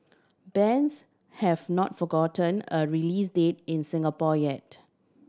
bends have not forgotten a release date in Singapore yet